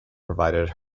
provided